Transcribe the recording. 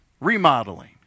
Remodeling